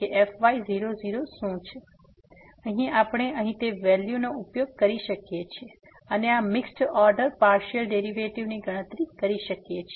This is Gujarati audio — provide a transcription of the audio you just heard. પછી આપણે અહીં તે વેલ્યુનો ઉપયોગ કરી શકીએ છીએ અને આ મિક્સ્ડ ઓર્ડર પાર્સીઅલ ડેરીવેટીવ ની ગણતરી કરી શકીએ છીએ